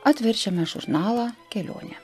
atverčiame žurnalą kelionė